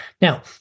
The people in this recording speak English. Now